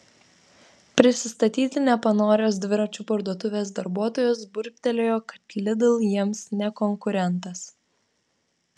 prisistatyti nepanoręs dviračių parduotuvės darbuotojas burbtelėjo kad lidl jiems ne konkurentas